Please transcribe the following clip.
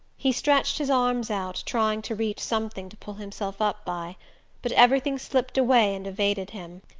he stretched his arms out, trying to reach something to pull himself up by but everything slipped away and evaded him.